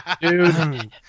Dude